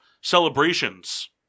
celebrations